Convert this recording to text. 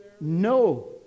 no